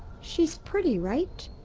she's pretty, right?